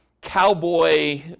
cowboy